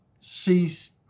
cease